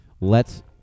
lets